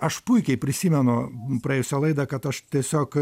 aš puikiai prisimenu praėjusią laidą kad aš tiesiog